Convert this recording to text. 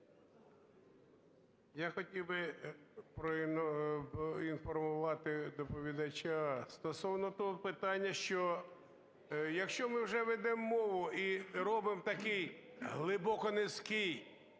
Я хотів би проінформувати доповідача. Стосовно того питання, що, якщо ми вже ведемо мову і робимо такі глибоконизькі